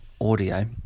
audio